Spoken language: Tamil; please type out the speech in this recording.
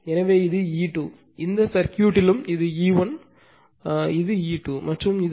எனவே இது E2 இந்த சர்க்யூட்டிலும் இது E1 இது E2 மற்றும் இது